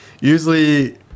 usually